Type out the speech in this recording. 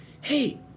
Hey